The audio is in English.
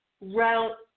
route